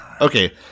Okay